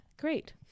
Great